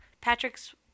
Patrick's